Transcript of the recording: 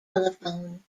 telephone